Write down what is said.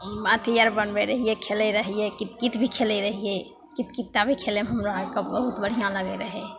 अथी आओर बनबै रहिए खेलै रहिए कितकित भी खेलै रहिए कितकित भी खेलैमे हमरा आओरके बहुत बढ़िआँ लागै रहै